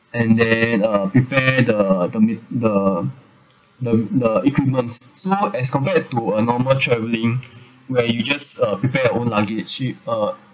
and then uh prepare the the m~ the the the equipment so now as compared to a normal travelling where you just uh prepare your own luggage you uh